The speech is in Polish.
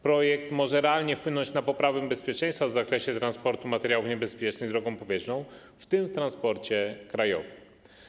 Projekt może realnie wpłynąć na poprawę bezpieczeństwa w zakresie transportu materiałów niebezpiecznych drogą powietrzną, w tym w transporcie krajowym.